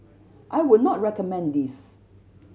I would not recommend this